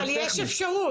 אבל יש אפשרות.